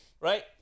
right